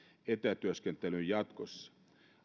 etätyöskentelyn jatkossa